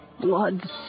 Blood